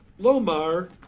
Lomar